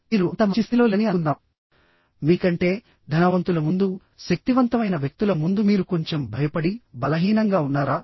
మీరు అంత మంచి స్థితిలో లేరని అనుకుందాంమీకంటే ధనవంతుల ముందు శక్తివంతమైన వ్యక్తుల ముందు మీరు కొంచెం భయపడి బలహీనంగా ఉన్నారా